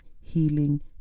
healing